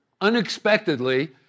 unexpectedly